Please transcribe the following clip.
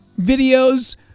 videos